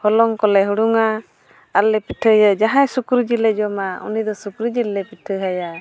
ᱦᱚᱞᱚᱝ ᱠᱚᱞᱮ ᱦᱩᱲᱩᱝᱼᱟ ᱟᱨᱞᱮ ᱯᱤᱴᱷᱟᱹᱭᱟ ᱡᱟᱦᱟᱸᱭ ᱥᱩᱠᱨᱤ ᱡᱤᱞᱮ ᱡᱚᱢᱟ ᱩᱱᱤ ᱫᱚ ᱥᱩᱠᱨᱤ ᱡᱤᱞ ᱞᱮ ᱯᱤᱴᱷᱟᱹ ᱟᱭᱟ